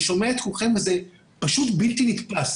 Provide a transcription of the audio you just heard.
אני שומע את כולכם וזה פשוט בלתי נתפס,